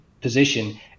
position